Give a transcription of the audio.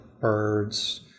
birds